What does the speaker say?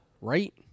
right